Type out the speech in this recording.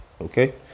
okay